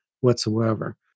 whatsoever